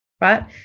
right